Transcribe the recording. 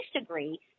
agree